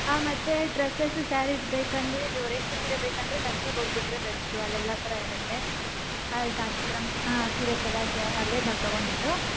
ಹಾಂ ಮತ್ತೆ dresses saris ಬೇಕಂದರೆ ಇದು ರೇಷ್ಮೆ ಸೀರೆ ಬೇಕಂದರೆ ಕಂಚಿಗೋಗ್ಬಿಟ್ರೆ ಬೆಸ್ಟು ಅಲ್ಲಿ ಎಲ್ಲ ಥರ ಇರುತ್ತೆ ಅಲ್ಲಿ ಕಾಂಚಿಪುರಮ್ ಹಾಂ ಸೀರೆ ಎಲ್ಲ ಅಲ್ಲೇ ನಾವು ತೊಗೊಂಡಿದ್ದು